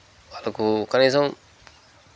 వాళ్ళకు కనీసం